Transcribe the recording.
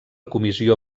comissió